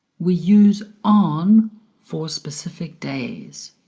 we use on for specific days.